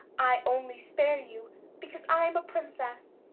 i only spare you because i am a princess,